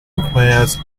requires